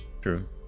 True